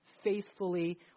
Faithfully